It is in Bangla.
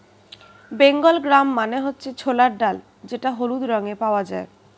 বেঙ্গল গ্রাম মানে হচ্ছে ছোলার ডাল যেটা হলুদ রঙে পাওয়া যায়